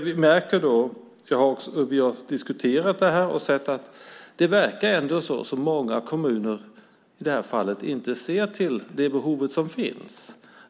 Vi har diskuterat detta, och det verkar som om många kommuner i detta fall inte ser till det behov som finns.